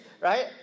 right